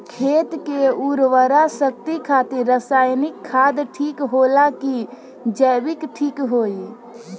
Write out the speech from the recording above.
खेत के उरवरा शक्ति खातिर रसायानिक खाद ठीक होला कि जैविक़ ठीक होई?